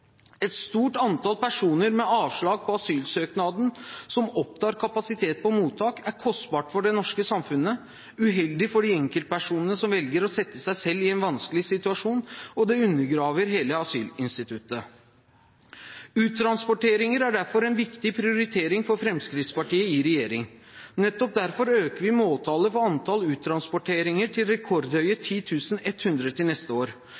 Et stort antall personer med avslag på asylsøknaden som opptar kapasitet på mottak, er kostbart for det norske samfunnet, uheldig for de enkeltpersonene som velger å sette seg selv i en vanskelig situasjon, og det undergraver hele asylinstituttet. Uttransporteringer er derfor en viktig prioritering for Fremskrittspartiet i regjering, og nettopp derfor øker vi måltallet for antall uttransporteringer til rekordhøye 10 100 til neste år.